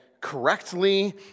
Correctly